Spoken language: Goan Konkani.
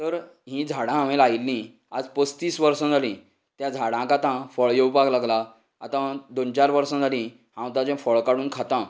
तर ही झाडां हांवेन लायिल्लीं आयज पस्तीस वर्सां जाली त्या झाडांक आतां फळां येवपाक लागला आता दोन चार वर्सां जाली हांव ताचे फळ काडून खाता